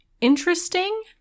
interesting